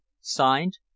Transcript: Signed